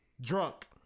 drunk